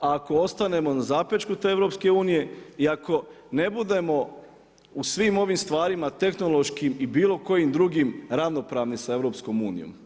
A ako ostajemo na zapećku te EU i ako ne budemo u svim ovim stvarima tehnološkim i bilo kojim drugim ravnopravni sa EU.